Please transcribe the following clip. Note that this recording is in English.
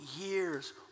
years